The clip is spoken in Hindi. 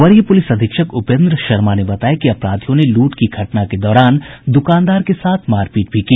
वरीय पुलिस अधीक्षक उपेन्द्र शर्मा ने बताया कि अपराधियों ने लूट की घटना के दौरान दुकानदार के साथ मारपीट भी की